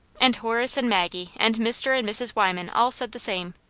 and horace and maggie and mr. and mrs. wyman all said the same.